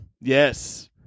Yes